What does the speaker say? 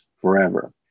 forever